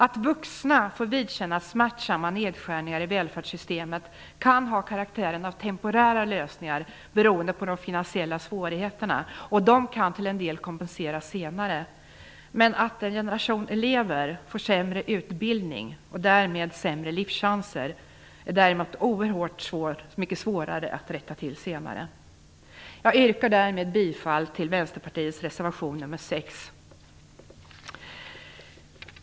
Att vuxna får vidkännas smärtsamma nedskärningar i välfärdssystemet kan ha karaktären av temporära lösningar beroende på de finansiella svårigheterna. De kan till en del kompenseras senare. Men att en generation elever får sämre utbildning och därmed sämre livschanser är däremot oerhört mycket svårare att rätta till senare. Jag yrkar därmed bifall till Vänsterpartiets reservation nr 6.